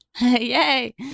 Yay